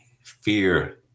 Fear